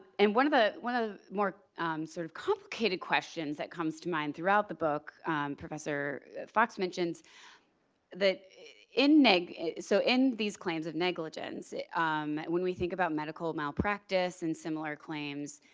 and one of the one of the more sort of complicated questions that comes to mind throughout the book professor fox mentions that in neg so in these claims of negligence when we think about medical malpractice and similar claims,